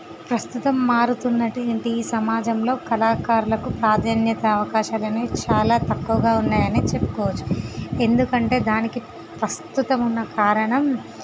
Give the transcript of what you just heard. ప్రస్తుతం మారుతున్నటు వంటి ఈ సమాజంలో కళాకారులకు ప్రాధాన్యత అవకాశాలు అనేవి చాలా తక్కువగా ఉన్నాయి అని చెప్పుకోవచ్చు ఎందుకంటే దానికి ప్రస్తుతం ఉన్న కారణం